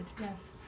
yes